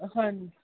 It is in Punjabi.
ਹਾਂਜੀ